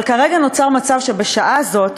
אבל כרגע נוצר מצב שבשעה הזאת,